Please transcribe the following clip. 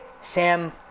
Sam